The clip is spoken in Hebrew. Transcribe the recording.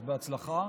אז בהצלחה,